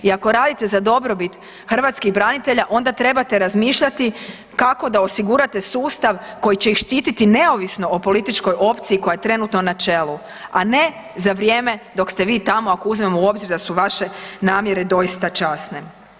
I ako radite za dobrobit hrvatskih branitelja onda trebate razmišljati kako da osigurate sustav koji će ih štititi neovisno o političkoj opciji koja je trenutno na čelu, a ne za vrijeme dok ste vi tamo ako uzmemo u obzir da su vaše namjere doista časne.